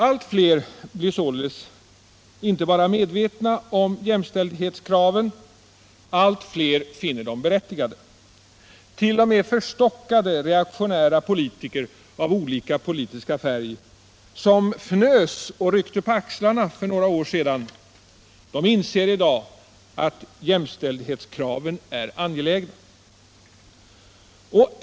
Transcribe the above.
Allt fler blir inte bara medvetna om jämställdhetskraven. Allt fler finner dem också berättigade. T. o. m. förstockade, reaktionära politiker av olika politisk färg, som fnös och ryckte på axlarna för några år sedan, inser i dag att jämställdhetskraven är angelägna.